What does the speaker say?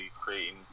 creating